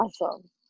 Awesome